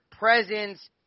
Presence